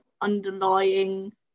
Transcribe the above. underlying